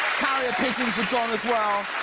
carrier pigeons were gone as well.